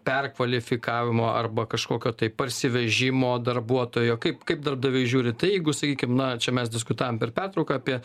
perkvalifikavimo arba kažkokio tai parsivežimo darbuotojo kaip kaip darbdaviai žiūri tai jeigu sakykim na čia mes diskutavom per pertrauką apie